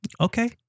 Okay